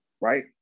right